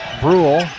Brule